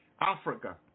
Africa